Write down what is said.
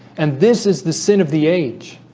and this is the sin of the age.